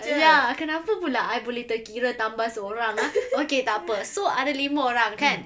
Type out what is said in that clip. ya kenapa pula I boleh terkira tambah seorang ah okay tak apa so ada lima orang kan